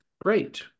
great